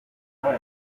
say